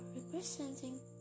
representing